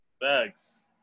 Thanks